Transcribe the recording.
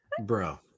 bro